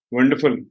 Wonderful